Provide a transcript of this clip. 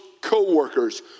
co-workers